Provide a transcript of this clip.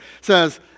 says